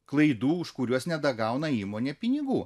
klaidų už kuriuos nedagauna įmonė pinigų